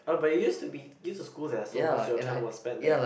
oh but used to be use to school and so most your time was spent there